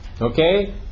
Okay